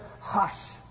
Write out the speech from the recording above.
hush